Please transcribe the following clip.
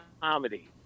comedy